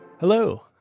Hello